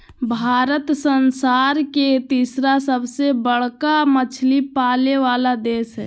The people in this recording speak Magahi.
भारत संसार के तिसरा सबसे बडका मछली पाले वाला देश हइ